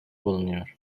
bulunuyor